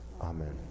Amen